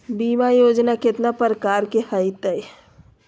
बीमा योजना केतना प्रकार के हई हई?